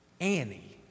Annie